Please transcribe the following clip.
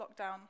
lockdown